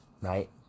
right